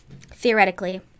theoretically